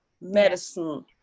medicine